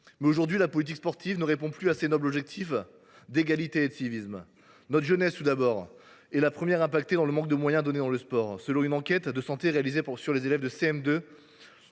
aujourd’hui, la politique sportive ne répond plus à ses nobles objectifs d’égalité et de civisme. Notre jeunesse, tout d’abord, est la première victime du manque de moyens donnés au sport. Selon une enquête nationale de santé réalisée sur les élèves de CM2,